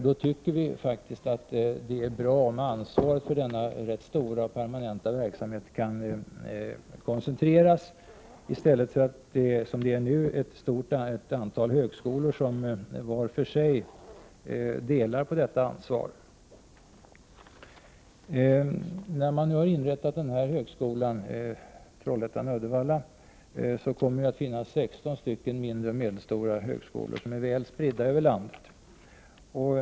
Vi tycker faktiskt att det är bra om ansvaret för denna rätt stora och permanenta verksamhet kan koncentreras, i stället för att, som det är, nu ett stort antal högskolor var för sig delar på ansvaret. När man har inrättat högskolan Trollhättan-Udevalla kommer det att finnas 16 mindre och medelstora högskolor som är väl spridda över landet.